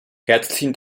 herzlichen